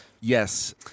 Yes